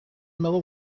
metal